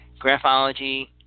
Graphology